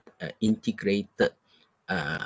a integrated uh